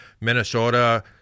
Minnesota